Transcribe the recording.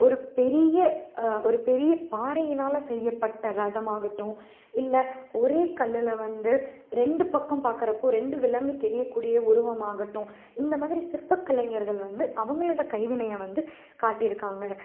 ஒரு பெரிய ஒரு பெரிய பாறையினால் செய்யப்பட்ட ரதமாகட்டும் இல்லை ஒரே கல்லில் வந்து ரெண்டு பக்கம் பாக்கிறப்போ ரெண்டு விலங்கு தெரியக்கூடிய உருவமாகட்டும் இந்தமாதிரி சிற்ப கலைஞர்கள் வந்து அவங்களுடைய கைவினையை வந்து காட்டியிருக்காங்க